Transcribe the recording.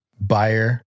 buyer